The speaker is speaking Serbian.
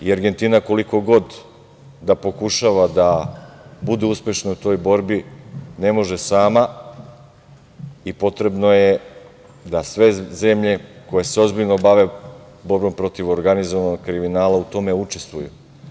I Argentina koliko god da pokušava da bude uspešna u toj borbi, ne može sama i potrebno je da sve zemlje koje se ozbiljno bave borbom protiv organizovanog kriminala u tome učestvuju.